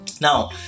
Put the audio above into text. Now